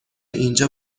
اینجا